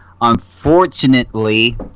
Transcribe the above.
Unfortunately